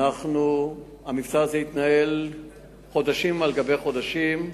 המבצע הזה התנהל חודשים על גבי חודשים,